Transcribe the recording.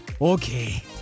Okay